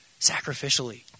sacrificially